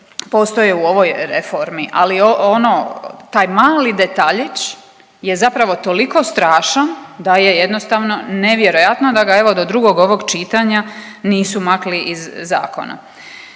postoje u ovoj reformi. Ali ono, taj mali detaljić je zapravo toliko strašan da je jednostavno nevjerojatno da ga, evo, do drugog ovo čitanja nisu makli iz zakona.